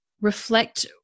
reflect